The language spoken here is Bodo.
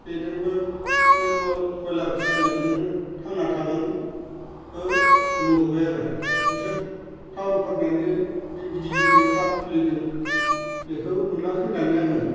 बेदोंबो बे बो बयलार फिसिनायजोंनो थांना थागोन खो नुबोबाय आरो बिसोर थाउनफोरनानो दि गिदिर गिदिर फ्राम खुलिदों बेखौ नुना फैनानै आङो